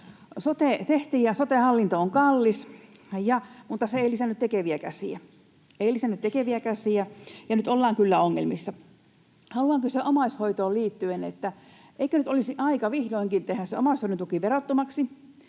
tekeviä käsiä — ei lisännyt tekeviä käsiä — ja nyt ollaan kyllä ongelmissa. Haluan kysyä omaishoitoon liittyen: eikö nyt olisi aika vihdoinkin tehdä se omaishoidon tuki verottomaksi?